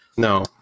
No